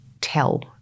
tell